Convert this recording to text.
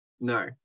No